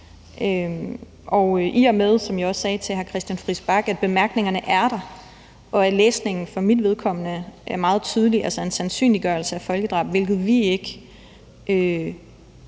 I og med, som jeg også sagde til hr. Christian Friis Bach, at bemærkningerne er der, og at læsningen for mit vedkommende er meget tydelig, altså en sandsynliggørelse af folkedrab, hvilket vi ikke